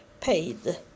paid